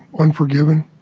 unforgiven.